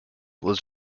was